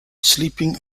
sleeping